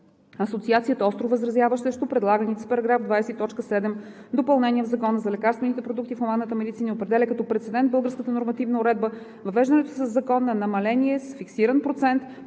Асоциацията остро възразява срещу предлаганите с § 20, т. 7 допълнения в Закона за лекарствените продукти в хуманната медицина и определя като прецедент в българската нормативна уредба въвеждането със закон на намаление с фиксиран процент